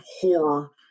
horror